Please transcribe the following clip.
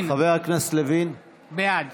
בעד